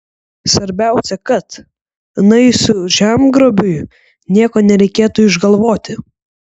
svarbiausia kad naisių žemgrobiui nieko nereikėtų išgalvoti